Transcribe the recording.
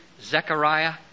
Zechariah